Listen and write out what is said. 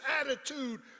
attitude